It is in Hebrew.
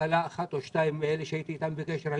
מכללה אחת או שתיים מבין אלו שהייתי איתן בקשר,